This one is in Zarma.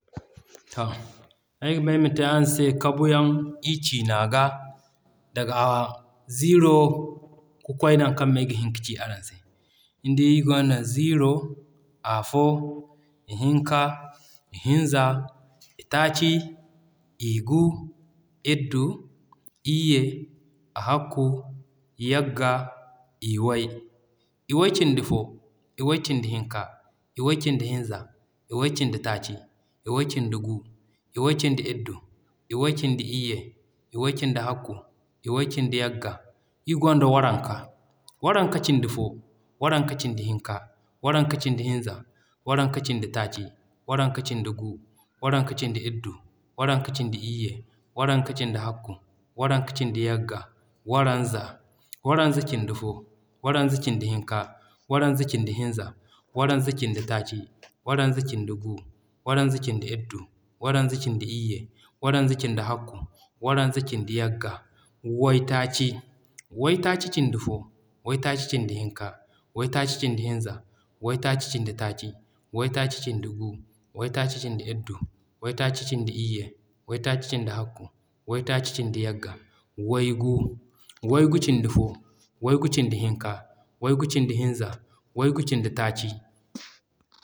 Ay ga ba ay ma te araŋ se kabu yaŋ ir ciina ga daga zero ka kwaay naŋ kaŋ me ay ga hin ka ci araŋ se. Nidi ir gonda: Zero, afo, i hinka,i hinza,i taaci, i gu, iddu, iyye, hakku, yagga, iway, iway cindi fo, iway cindi hinka, iway cindi hinza, iway cindi taaci, iway cindi gu, iway cindi iddu, iway cindi iyye, iway cindi hakku, iway cindi yagga, iri gonda waranka. Waranka cindi fo, waranka cindi hinka, waranka cindi hinza, waranka cindi taaci, waranka cindi gu, waranka cindi iddu, waranka cindi iyye, waranka cindi hakku, waranka cindi yagga, waranza. Waranza cindi fo, waranza cindi hinka, waranza cindi hinza waranza cindi taaci, waranza cindi gu, waranza cindi iddu, waranza cindi iyye waranza cindi hakku, waranza cindi yagga, waytaaci. Waytaaci cindi fo, waytaaci cindi hinka, waytaaci cindi hinza, waytaaci cindi taaci, waytaaci cindi gu, waytaaci cindi iddu, waytaaci cindi iyye, waytaaci cindi hakku, waytaaci yagga, waygu. Waygu cindi fo, waygu cindi hinka, waygu cindi hinza, waygu cindi taaci.